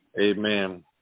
Amen